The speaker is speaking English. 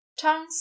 Tongue